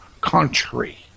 country